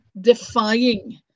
defying